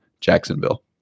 Jacksonville